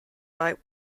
wright